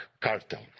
cartel